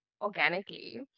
organically